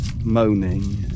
moaning